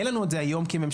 אין לנו את זה היום כממשלה.